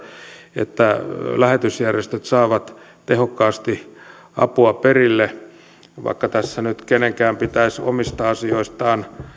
että lähetysjärjestöt saavat tehokkaasti apua perille vaikka tässä ei nyt kenenkään pitäisi omista asioistaan